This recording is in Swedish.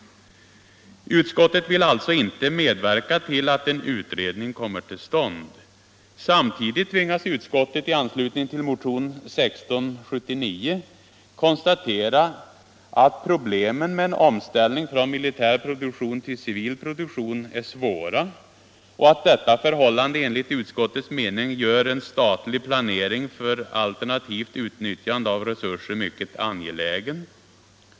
Utskottet vill alltså inte medverka till att en utredning kommer till stånd. Samtidigt tvingas utskottet i anslutning till motionen 1679 konstatera att problemen med en omställning från militär produktion till civil produktion är svåra och att detta förhållande enligt utskottets mening gör ”en statlig planering för alternativt utnyttjande av resurser mycket angelägen”.